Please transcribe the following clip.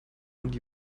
und